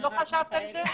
לא חשבת על זה?